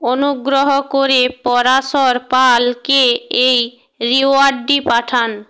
অনুগ্রহ করে পরাশর পালকে এই রিওয়ার্ডটি পাঠান